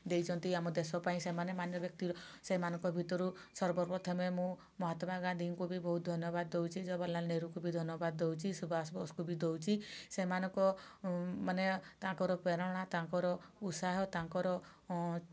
ଯାଇଛନ୍ତି ଆମ ଦେଶ ପାଇଁ ସେ ମାନ୍ୟବ୍ୟକ୍ତି ସେମାନଙ୍କ ଭିତରୁ ସର୍ବପ୍ରଥମେ ମୁଁ ମହାତ୍ମା ଗାନ୍ଧୀଙ୍କୁ ବି ବହୁତ ଧନ୍ୟବାଦ ଦେଉଛି ଜବହାରଲାଲ ନେହେରୁଙ୍କୁ ବି ଧନ୍ୟବାଦ ଦଉଛି ସୁବାଷ ବୋଷଙ୍କୁ ବି ଧନ୍ୟବାଦ ଦେଉଛି ସେମାନଙ୍କ ମାନେ ତାଙ୍କର ପ୍ରେରଣା ତାଙ୍କର ଉତ୍ସାହ ତାଙ୍କର